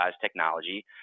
technology